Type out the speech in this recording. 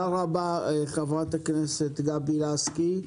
תודה רבה, חברת הכנסת גבי לסקי.